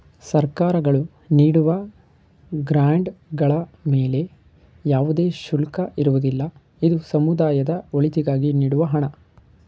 ಸರ್ಕಾರಗಳು ನೀಡುವ ಗ್ರಾಂಡ್ ಗಳ ಮೇಲೆ ಯಾವುದೇ ಶುಲ್ಕ ಇರುವುದಿಲ್ಲ, ಇದು ಸಮುದಾಯದ ಒಳಿತಿಗಾಗಿ ನೀಡುವ ಹಣ